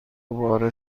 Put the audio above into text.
دوباره